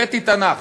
הבאתי תנ"ך.